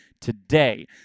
today